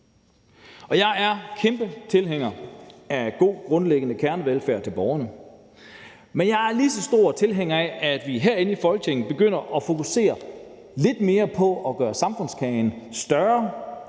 Jeg er kæmpe tilhænger af god grundlæggende kernevelfærd til borgerne, men jeg er lige så stor tilhænger af, at vi herinde i Folketinget begynder at fokusere lidt mere på at gøre samfundskagen større